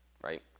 right